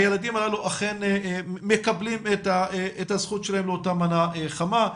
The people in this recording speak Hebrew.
הילדים האלה אכן מקבלים את הזכות שלהם לאותה מנה חמה.